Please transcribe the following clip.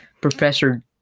professor